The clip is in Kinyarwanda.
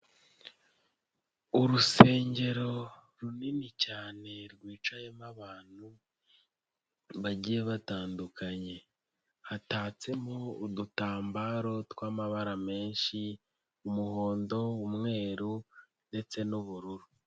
Urusengero runini cyane rwicayemo abantu bagiye batandukanye, hatatsemo udutambaro tw'amabara menshi umuhondo, umweru ndetse n'ubururu.